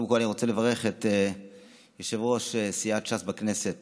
לברך את יושב-ראש סיעת ש"ס בכנסת